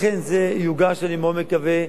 אכן זה יוגש, אני מאוד מקווה,